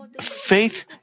Faith